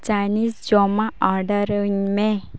Chinese ᱡᱚᱢᱟᱜ ᱚᱰᱟᱨᱟᱹᱧᱢᱮ